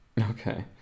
Okay